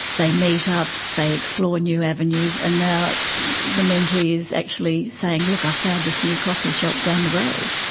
they meet up, they explore new avenues, and now the mentee is actually saying, look, i've found this new coffee shop down the road.